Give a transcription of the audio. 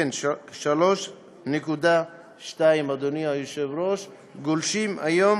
כן, 3.2 מיליארד, אדוני היושב-ראש, גולשים היום